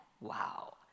Wow